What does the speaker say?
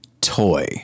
toy